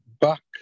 back